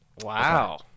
Wow